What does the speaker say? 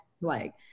Like-